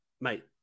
mate